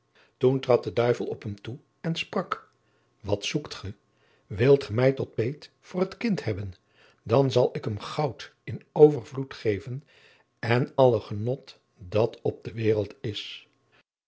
toen trad de duivel op hem toe en sprak wat zoekt ge wilt ge mij tot peet voor het kind hebben dan zal ik hem goud in overvloed geven en alle genot dat op de wereld is